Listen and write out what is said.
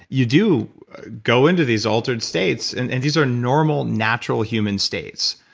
you do go into these altered states and and these are normal natural human states.